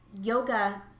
yoga